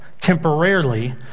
temporarily